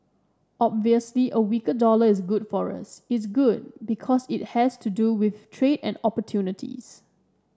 obviously a weaker dollar is good for us it's good because it has to do with trade and opportunities